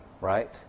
right